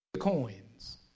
coins